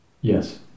Yes